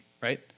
right